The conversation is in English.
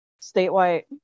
statewide